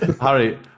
Harry